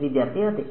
വിദ്യാർത്ഥി അതെ